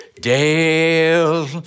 Dale